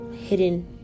hidden